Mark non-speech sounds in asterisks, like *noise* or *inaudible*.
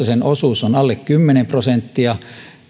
*unintelligible* sen osuus on alle kymmenen prosenttia